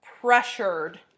pressured